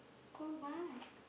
call what